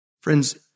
Friends